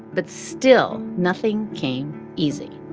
but still, nothing came easy